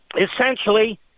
essentially